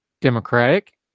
democratic